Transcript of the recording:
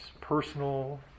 personal